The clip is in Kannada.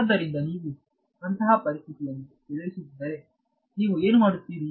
ಆದ್ದರಿಂದ ನೀವು ಅಂತಹ ಪರಿಸ್ಥಿತಿಯನ್ನು ಎದುರಿಸಿದ್ದರೆ ನೀವು ಏನು ಮಾಡುತ್ತೀರಿ